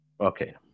Okay